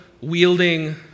wielding